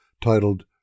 titled